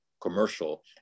commercial